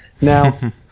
Now